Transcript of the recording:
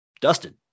dusted